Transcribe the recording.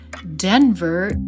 Denver